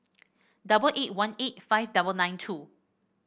double eight one eight five double nine two